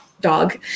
dog